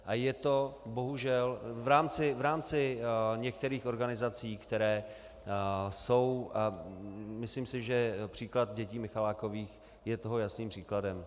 A je to bohužel v rámci některých organizací, které jsou a myslím si, že příklad dětí Michalákových je toho jasným příkladem.